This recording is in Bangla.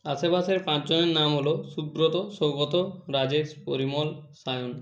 আশেপাশের পাঁচজনের নাম হলো সুব্রত সৌগত রাজেশ পরিমল সায়ন